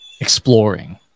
exploring